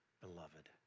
Beloved